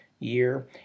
year